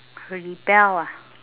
rebel ah